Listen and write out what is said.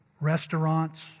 restaurants